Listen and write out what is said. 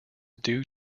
due